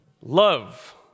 Love